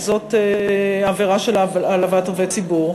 וזאת העבירה של העלבת עובד ציבור.